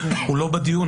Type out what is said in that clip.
הוא לא בדיון,